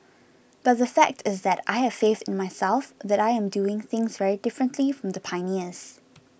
but the fact is that I have faith in myself that I am doing things very differently from the pioneers